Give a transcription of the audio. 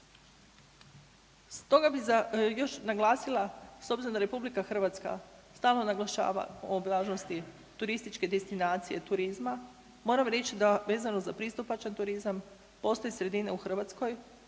Stoga bi još naglasila s obzirom da RH stalno naglašava o važnosti turističke destinacije, turizma, moram reći da vezano za pristupačan turizam postoje sredine u Hrvatskoj